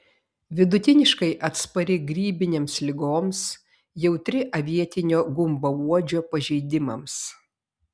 vidutiniškai atspari grybinėms ligoms jautri avietinio gumbauodžio pažeidimams